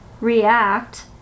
react